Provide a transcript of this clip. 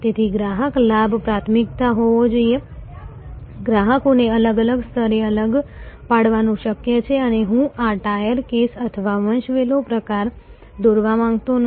તેથી ગ્રાહક લાભ પ્રાથમિકતા હોવો જોઈએ ગ્રાહકોને અલગ અલગ સ્તરે અલગ પાડવાનું શક્ય છે અને હું આ ટાયર કેસ અથવા વંશવેલો પ્રકાર દોરવા માંગતો નથી